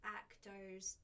actors